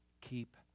keep